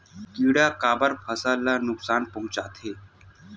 किड़ा काबर फसल ल नुकसान पहुचाथे?